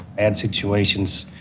and situations,